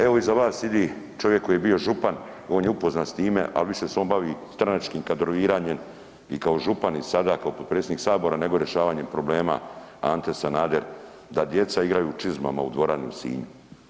Evo iza vas sidi čovjek koji je bio župan, on je upoznat s time, ali više se on bavi stranačkim kadroviranjem i kao župan i sada kao potpredsjednik sabora nego rješavanjem problema, Ante Sanader, da djeca igraju u čizmama u dvorani u Sinju.